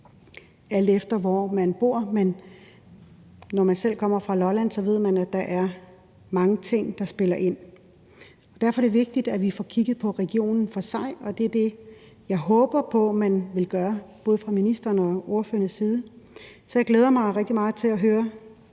alt efter hvor man bor, men når man selv kommer fra Lolland, ved man, at der er mange ting, der spiller ind. Derfor er det vigtigt, at vi får kigget på regionen for sig, og det er det, jeg håber på man vil gøre, både fra ministerens side og fra ordførernes side. Så jeg glæder mig rigtig meget til at høre,